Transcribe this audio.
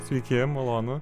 sveiki malonu